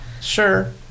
sure